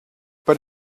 but